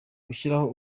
gushyiraho